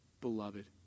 beloved